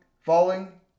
falling